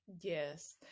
Yes